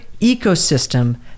ecosystem